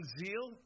zeal